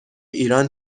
ایران